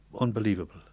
unbelievable